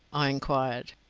i enquired.